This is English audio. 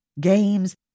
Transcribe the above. games